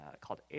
called